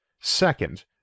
second